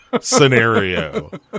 scenario